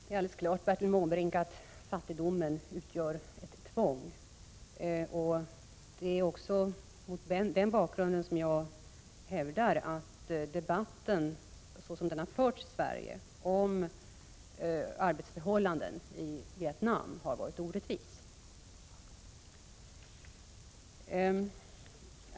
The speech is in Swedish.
Herr talman! Det är alldeles klart, Bertil Måbrink, att fattigdomen utgör ett tvång. Det är också mot den bakgrunden som jag hävdar att debatten, såsom den har förts i Sverige, om arbetsförhållanden i Vietnam varit orättvis.